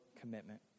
commitment